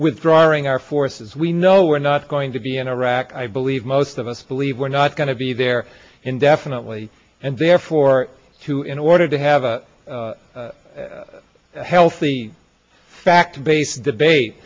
withdrawing our forces we know we're not going to be in iraq i believe most of us believe we're not going to be there indefinitely and therefore to in order to have a healthy fact based debate